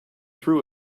threw